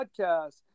Podcast